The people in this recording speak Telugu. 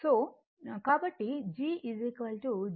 కాబట్టి g g1 g2 కాబట్టి g 0